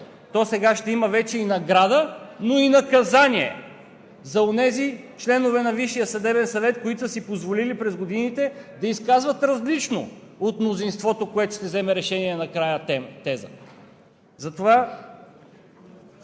то сега ще има вече и награда, но и наказание за онези членове на Висшия съдебен съвет, които са си позволили през годините да изказват теза, различна от мнозинството, което ще вземе решение накрая. Затова